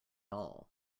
all